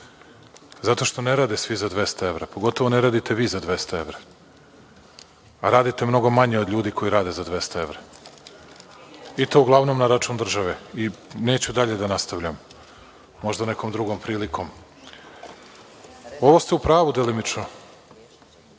zato što ne rade svi za 200 evra, pogotovo ne radite vi za 200 evra, a radite mnogo manje od ljudi koji rade za 200 evra i to uglavnom na račun države, i neću dalje da nastavljam, možda nekom drugom prilikom. Ovo ste u pravu delimično.